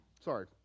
Sorry